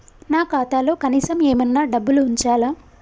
నా ఖాతాలో కనీసం ఏమన్నా డబ్బులు ఉంచాలా?